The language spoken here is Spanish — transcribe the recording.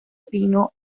pino